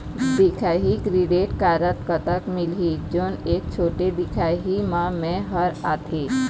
दिखाही credit card कतक मिलही जोन एक छोटे दिखाही म मैं हर आथे?